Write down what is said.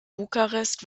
bukarest